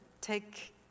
take